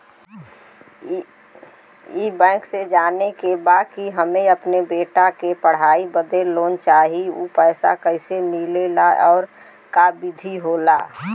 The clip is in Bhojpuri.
ई बैंक से जाने के बा की हमे अपने बेटा के पढ़ाई बदे लोन चाही ऊ कैसे मिलेला और का विधि होला?